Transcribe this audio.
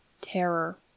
Terror